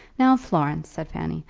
now, florence, said fanny,